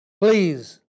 Please